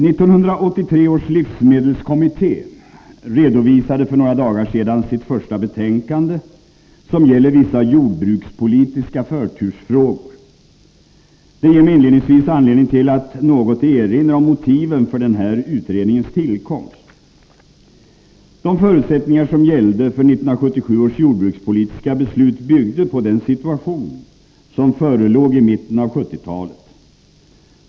1983 års livsmedelskommitté redovisade för några dagar sedan sitt första betänkande som gäller vissa jordbrukspolitiska förtursfrågor. Det ger mig inledningsvis anledning till att något erinra om motiven för den här utredningens tillkomst. De förutsättningar som gällde för 1977 års jordbrukspolitiska beslut byggde på den situation som förelåg i mitten av 1970-talet.